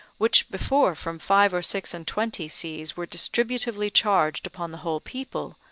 which before from five or six and twenty sees were distributively charged upon the whole people,